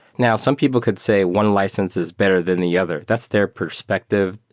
now some people could say one license is better than the other. that's their perspective.